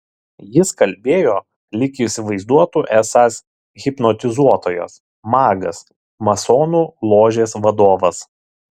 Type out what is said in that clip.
jis kalbėjo lyg įsivaizduotų esąs hipnotizuotojas magas masonų ložės vadovas